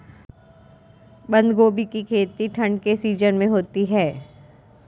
बंद गोभी की खेती ठंड के सीजन में होती है